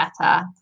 better